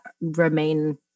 remain